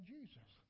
Jesus